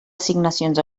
assignacions